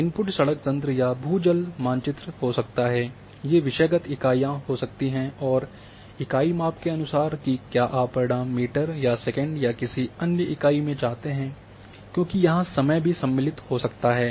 input सड़क तंत्र या भू जल का मानचित्र हो सकता है ये विषयगत इकाइयाँ हो सकती हैं और इकाई माप के अनुसार कि क्या आप परिणाम मीटर या सेकंड या किसी अन्य इकाई में चाहते हैं क्योंकि यहाँ समय भी सम्मिलित हो सकता है